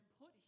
put